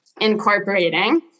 incorporating